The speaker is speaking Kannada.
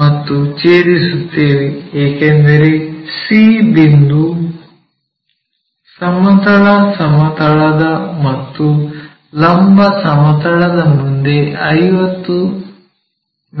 ಮತ್ತು ಛೇದಿಸುತ್ತೇವೆ ಏಕೆಂದರೆ c ಬಿಂದು ಸಮತಲ ಸಮತಲದ ಮತ್ತು ಲಂಬ ಸಮತಲದ ಮುಂದೆ 50 ಮಿ